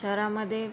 शहरामध्ये